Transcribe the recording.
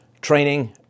training